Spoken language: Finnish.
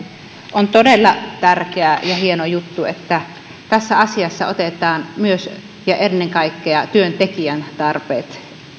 on todella tärkeä ja hieno juttu että tässä asiassa otetaan myös ja ennen kaikkea työntekijän tarpeet